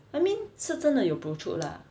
I mean 是真的有 protrude lah